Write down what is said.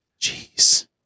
Jeez